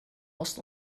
ost